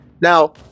Now